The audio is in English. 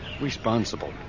responsible